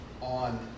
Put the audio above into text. on